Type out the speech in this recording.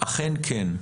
אכן כן.